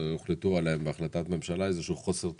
שהוחלטו עליהן בהחלטת ממשלה איזה שהוא חוסר תקצוב.